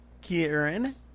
Kieran